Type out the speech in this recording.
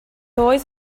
oedd